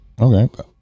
Okay